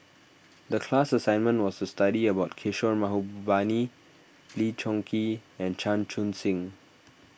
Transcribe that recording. the class assignment was to study about Kishore Mahbubani Lee Choon Kee and Chan Chun Sing